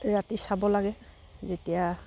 ৰাতি চাব লাগে যেতিয়া